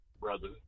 brother